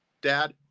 dad